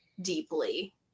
deeply